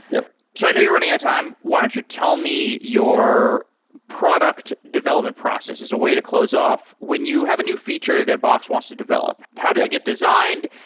yeah so i know you're running out of time. why don't you tell me your product development process as a way to close off. when you have a new feature that box wants to develop, how does it get designed?